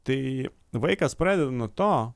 tai vaikas pradeda nuo to